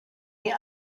die